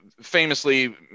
famously